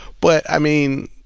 but i mean,